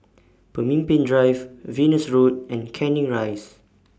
Pemimpin Drive Venus Road and Canning Rise